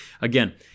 again